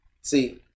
See